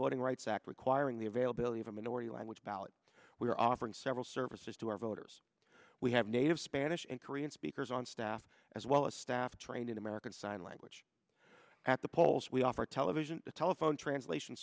voting rights act requiring the availability of a minority language ballot we are offering several services to our voters we have native spanish and korean speakers on staff as well as staff trained in american sign language at the polls we offer television telephone translation